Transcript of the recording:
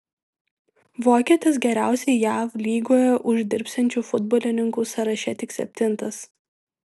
vokietis geriausiai jav lygoje uždirbsiančių futbolininkų sąraše tik septintas